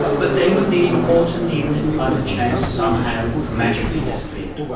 but they would be important even if climate change somehow magically disappeared.